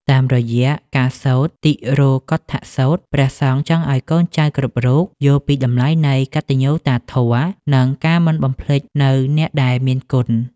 តាមរយៈការសូត្រតិរោកុឌ្ឍសូត្រ ព្រះសង្ឃចង់ឱ្យកូនចៅគ្រប់រូបយល់ពីតម្លៃនៃ កតញ្ញូតាធម៌ និងការមិនបំភ្លេចនូវអ្នកដែលមានគុណ។